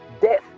death